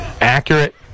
Accurate